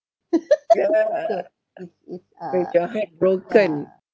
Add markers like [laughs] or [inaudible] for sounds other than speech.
[laughs] with your heart broken